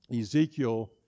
Ezekiel